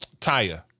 Taya